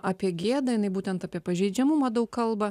apie gėdą jinai būtent apie pažeidžiamumą daug kalba